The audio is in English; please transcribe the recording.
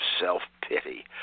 self-pity